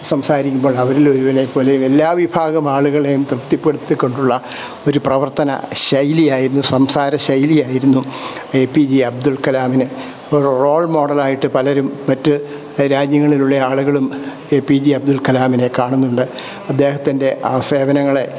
സംസാരിക്കുമ്പോൾ അവരിൽ ഒരുവനായി പോലെ എല്ലാ വിഭാഗം ആളുകളെയും തൃപ്തിപ്പെടുത്തിക്കൊണ്ടുള്ള ഒരു പ്രവർത്തന ശൈലിയായിരുന്നു സംസാര ശൈലിയായിരുന്നു എ പി ജെ അബ്ദുൾ കലാമിന് ഒരു റോൾ മോഡൽ ആയിട്ട് പലരും മറ്റ് രാജ്യങ്ങളിലുള്ള ആളുകളും എ പി ജെ അബ്ദുൾകലാമിനെ കാണുന്നുണ്ട് അദ്ദേഹത്തിൻ്റെ ആ സേവനങ്ങളെ